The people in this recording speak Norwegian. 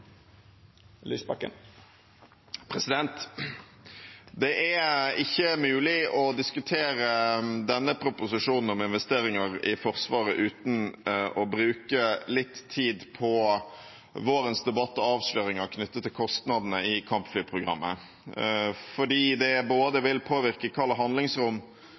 ikke mulig å diskutere denne proposisjonen om investeringer i Forsvaret uten å bruke litt tid på vårens debatt og avsløringer knyttet til kostnadene i kampflyprogrammet, fordi det vil påvirke hvilket handlingsrom